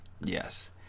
Yes